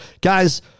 guys